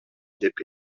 деп